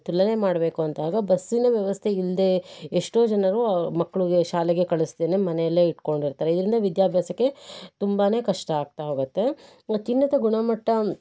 ತುಲನೆ ಮಾಡಬೇಕು ಅಂದಾಗ ಬಸ್ಸಿನ ವ್ಯವಸ್ಥೆ ಇಲ್ಲದೆ ಎಷ್ಟೋ ಜನರು ಮಕ್ಳಿಗೆ ಶಾಲೆಗೆ ಕಳಿಸ್ದೇನೇ ಮನೆಯಲ್ಲೆ ಇಟ್ಟುಕೊಂಡಿರ್ತಾರೆ ಇದರಿಂದ ವಿದ್ಯಾಭ್ಯಾಸಕ್ಕೆ ತುಂಬಾ ಕಷ್ಟ ಆಗ್ತಾ ಹೋಗುತ್ತೆ ಅತ್ಯುನ್ನತ ಗುಣಮಟ್ಟ